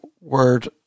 word